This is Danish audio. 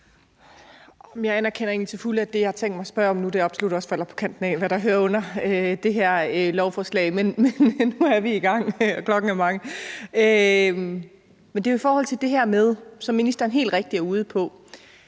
Jeg anerkender egentlig til fulde, at det, jeg har tænkt mig at spørge om nu, absolut også ligger på kanten af, hvad der hører under det her lovforslag, men nu er vi i gang, og klokken er mange. Det er i forhold til det her med – som ministeren helt rigtigt er inde på